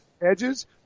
edges